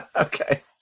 Okay